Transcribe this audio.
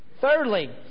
Thirdly